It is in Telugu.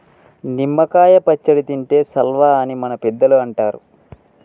నిమ్మ కాయ పచ్చడి తింటే సల్వా అని మన పెద్దలు అంటరు